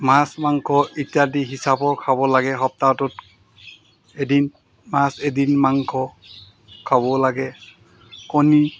মাছ মাংস ইত্যাদি হিচাপৰ খাব লাগে সপ্তাহটোত এদিন মাছ এদিন মাংস খাব লাগে কণী